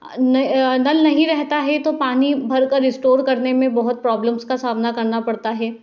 नल नहीं रहता है तो पानी भरकर स्टोर करने में बहुत प्रॉब्लम्स का सामना करना पड़ता है